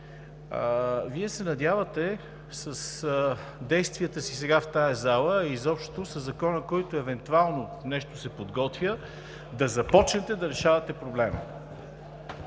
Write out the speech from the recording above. Вие се надявате с действията си сега в тази зала, а и изобщо, със Закона, който евентуално нещо се подготвя, да започнете да решавате проблема.